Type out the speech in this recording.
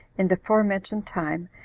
in the fore-mentioned time,